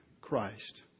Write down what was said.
Christ